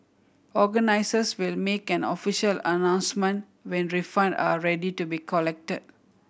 organisers will make an official announcement when refund are ready to be collected